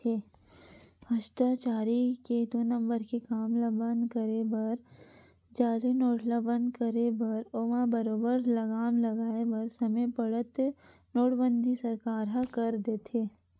भस्टाचारी के दू नंबर के काम ल बंद करे बर जाली नोट ल बंद करे बर ओमा बरोबर लगाम लगाय बर समे पड़त नोटबंदी सरकार ह कर देथे